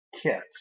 kits